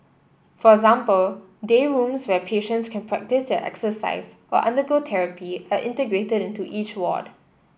for example day rooms where patients can practise their exercise or undergo therapy are integrated into each ward